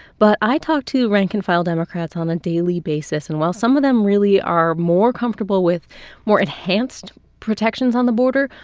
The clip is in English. but i talk to rank-and-file democrats on a daily basis. and while some of them really are more comfortable with more enhanced protections on the border,